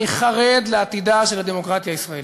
אני חרד לעתידה של הדמוקרטיה הישראלית,